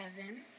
heaven